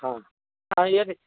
हा यद्